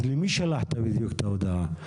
אז למי בדיוק שלחת את ההודעה?